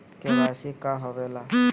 KYC का होवेला?